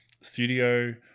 studio